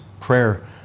prayer